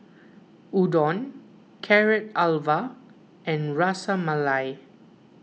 Udon Carrot Halwa and Ras Malai